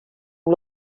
hem